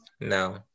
no